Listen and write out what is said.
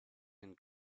and